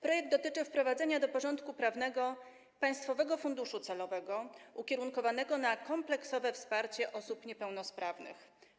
Projekt dotyczy wprowadzenia do porządku prawnego państwowego funduszu celowego ukierunkowanego na kompleksowe wsparcie osób niepełnosprawnych.